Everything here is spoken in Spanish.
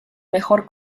mejor